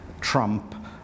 Trump